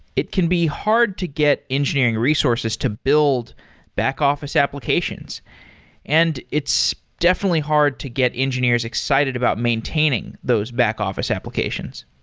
it can be hard to get engineering resources to build back-office applications and it's definitely hard to get engineers excited about maintaining those back-office applications.